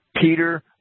Peter